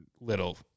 little